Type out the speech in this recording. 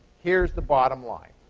here's the bottom line.